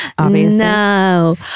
No